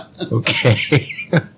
okay